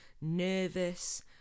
nervous